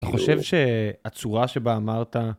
אתה חושב שהצורה שבה אמרת...